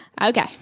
Okay